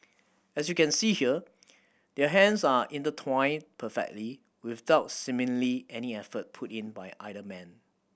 as you can see here their hands are intertwined perfectly without seemingly any effort put in by either man